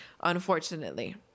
unfortunately